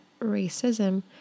racism